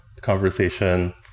conversation